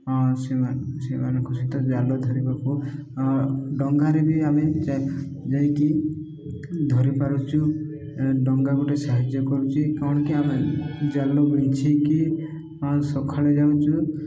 ହଁ ସେମାନେ ସେମାନେ ଖୁସି ତ ଜାଲ ଧରିବାକୁ ଡଙ୍ଗାରେ ବି ଆମେ ଯା ଯାଇକି ଧରି ପାରୁଛୁ ଡଙ୍ଗା ଗୋଟେ ସାହାଯ୍ୟ କରୁଛି କ'ଣ କି ଆମେ ଜାଲ ବିଞ୍ଚିକି ସଖାଳେ ଯାଉଛୁ